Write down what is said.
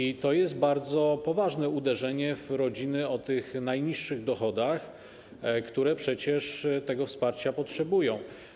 I to jest bardzo poważne uderzenie w rodziny o najniższych dochodach, które przecież tego wsparcia potrzebują.